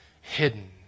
hidden